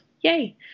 Yay